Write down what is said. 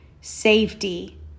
safety